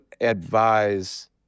advise